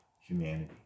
humanity